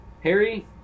Harry